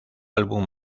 álbum